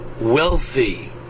wealthy